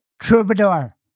troubadour